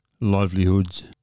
livelihoods